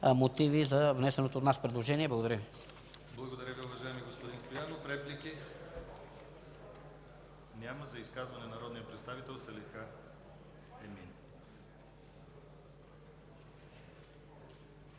за внесеното от нас предложение. Благодаря.